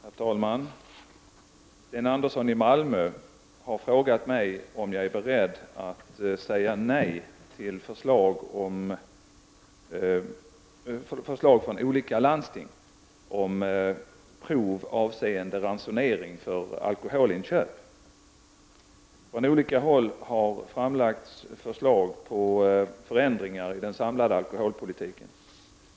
Herr talman! Sten Andersson i Malmö har frågat mig om jag är beredd att säga nej till förslag från olika landsting om prov avseende ransonering för alkoholinköp. Från olika håll har framlagts förslag på förändringar av den samlade alkoholpolitiken.